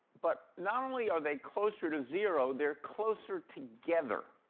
but not only are they closer to zero, they're closer together.